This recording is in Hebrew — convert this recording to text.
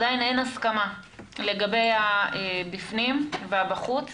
עדיין אין הסכמה לגבי השאלה אם בפנים ובחוץ.